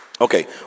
Okay